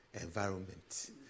environment